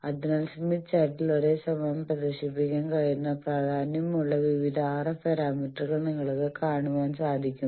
അതിനാൽ സ്മിത്ത് ചാർട്ടിൽ ഒരേസമയം പ്രദർശിപ്പിക്കാൻ കഴിയുന്ന പ്രാധാന്യമുള്ള വിവിധ RF പാരാമീറ്ററുകൾ നിങ്ങൾക്ക് കാണുവാൻ സാധിക്കും